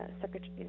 Secretary